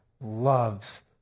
loves